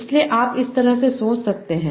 इसलिए आप इस तरह से सोच सकते हैं